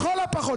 לכל הפחות.